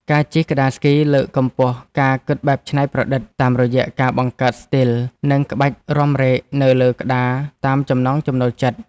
ការជិះក្ដារស្គីលើកកម្ពស់ការគិតបែបច្នៃប្រឌិត តាមរយៈការបង្កើតស្ទីល និងក្បាច់រាំរែកនៅលើក្ដារតាមចំណង់ចំណូលចិត្ត។